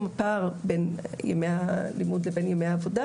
הפער בין ימי הלימוד לבין ימי העבודה